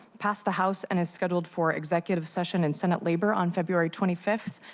passed the house and is scheduled for executive session incentive labor on february twenty five.